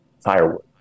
firewood